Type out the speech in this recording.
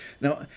Now